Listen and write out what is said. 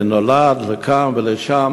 נולד, וכאן ושם.